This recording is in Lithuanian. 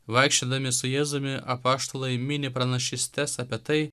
vaikščiodami su jėzumi apaštalai mini pranašystes apie tai